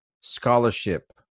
scholarship